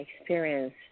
experience